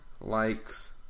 likes